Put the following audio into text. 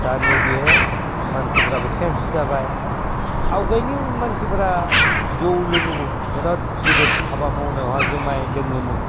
दा नैबेयो मानसिफोराबो चेन्ज जाबाय आवगायनि मानसिफ्रा जौ लोङोमोन गिदिर गिदिर हाबा मावनायाव जुमाय लोङोमोन